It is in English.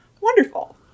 Wonderful